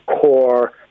core